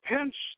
Hence